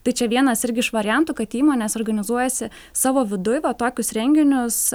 tai čia vienas irgi iš variantų kad įmonės organizuojasi savo viduj va tokius renginius